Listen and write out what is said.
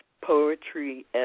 poetry